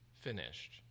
finished